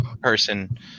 person